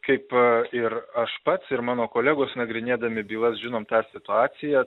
kaip ir aš pats ir mano kolegos nagrinėdami bylas žinom tą situaciją